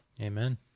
Amen